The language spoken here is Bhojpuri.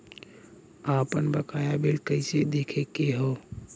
आपन बकाया बिल कइसे देखे के हौ?